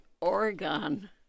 Oregon